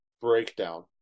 breakdown